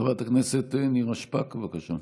חברת הכנסת נירה שפק, בבקשה.